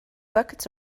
buckets